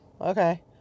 okay